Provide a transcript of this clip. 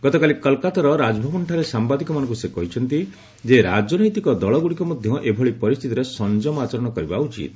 ଗତକାଲି କଲିକତାର ରାଜଭବନଠାରେ ସାମ୍ବାଦିକମାନଙ୍କୁ ସେ କହିଛନ୍ତି ଯେ ରାଜନୈତିକ ଦଳଗୁଡ଼ିକ ମଧ୍ୟ ଏଭଳି ପରିସ୍ଥିତିରେ ସଂଯମ ଆଚରଣ କରିବା ଉଚିତ